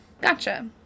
Gotcha